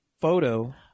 photo